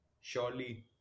surely